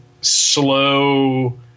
slow